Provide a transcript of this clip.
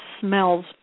smells